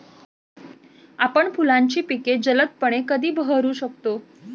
आपण फुलांची पिके जलदपणे कधी बहरू शकतो?